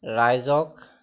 ৰাইজক